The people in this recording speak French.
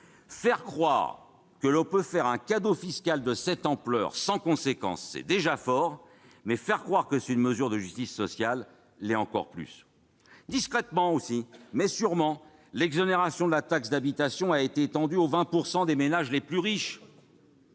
Faire croire que l'on peut leur accorder un cadeau fiscal de cette ampleur sans que cela emporte de conséquences, c'est déjà fort ; faire croire que c'est une mesure de justice sociale, ça l'est encore plus ! Discrètement mais sûrement, l'exonération de la taxe d'habitation a été étendue aux 20 % des ménages les plus riches.